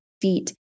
feet